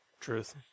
Truth